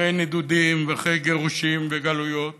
אחרי נדודים ואחרי גירושים וגלויות